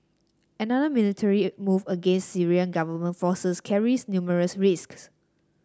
another military move against Syrian government forces carries numerous risks